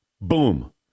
boom